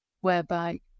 whereby